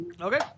Okay